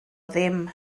ddim